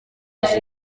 yishwe